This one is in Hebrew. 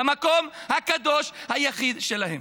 במקום הקדוש היחיד שלהם.